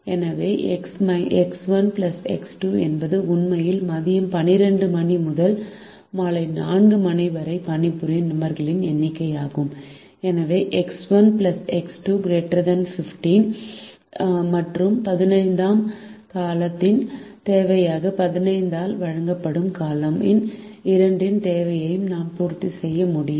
எனவே X 1 X 2 X1X2 என்பது உண்மையில் மதியம் 12 மணி முதல் மாலை 4 மணி வரை பணிபுரியும் நபர்களின் எண்ணிக்கையாகும் எனவே எக்ஸ் 1 எக்ஸ் 2 ≥ 15 X1X2 ≥ 15மற்றும் 15 ஆம் காலத்தின் தேவையாக 15 ஆல் வழங்கப்படும் காலம் 2 இன் தேவையை நாம் பூர்த்தி செய்ய முடியும்